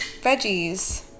Veggies